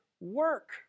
work